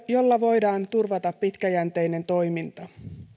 jolla voidaan turvata pitkäjänteinen toiminta